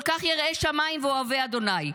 כל כך יראי שמיים ואוהבי ה'.